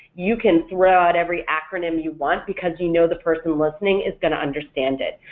you can throw out every acronym you want because you know the person listening is going to understand it.